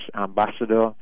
ambassador